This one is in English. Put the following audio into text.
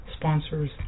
sponsors